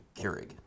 Keurig